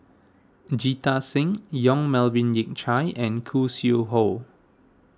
Jita Singh Yong Melvin Yik Chye and Khoo Sui Hoe